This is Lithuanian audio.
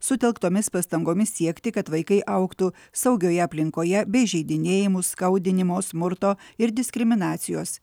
sutelktomis pastangomis siekti kad vaikai augtų saugioje aplinkoje be įžeidinėjimų skaudinimo smurto ir diskriminacijos